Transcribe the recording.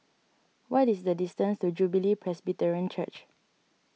what is the distance to Jubilee Presbyterian Church